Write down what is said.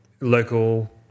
local